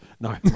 no